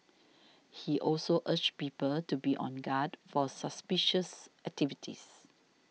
he also urged people to be on guard for suspicious activities